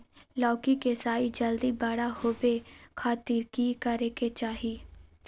लौकी के साइज जल्दी बड़ा होबे खातिर की करे के चाही?